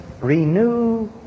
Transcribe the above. renew